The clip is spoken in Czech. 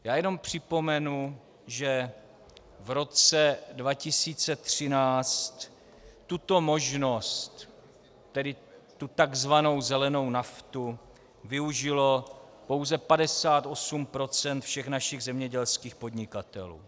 Já jenom připomenu, že v roce 2013 tuto možnost, tedy tu tzv. zelenou naftu, využilo pouze 58 % všech našich zemědělských podnikatelů.